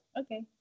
Okay